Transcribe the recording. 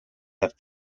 have